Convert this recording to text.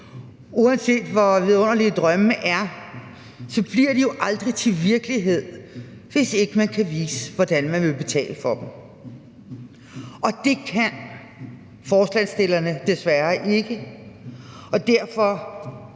uanset hvor vidunderlige drømme er, så bliver de jo aldrig til virkelighed, hvis ikke man kan vise, hvordan man vil betale for dem. Og det kan forslagsstillerne desværre ikke, og derfor